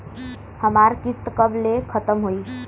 हमार किस्त कब ले खतम होई?